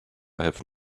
have